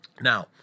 Now